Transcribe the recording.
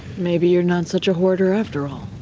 maybe you're not such a hoarder after all.